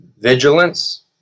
Vigilance